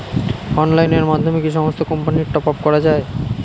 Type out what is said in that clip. অনলাইনের মাধ্যমে কি সমস্ত কোম্পানির টপ আপ করা যায়?